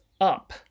up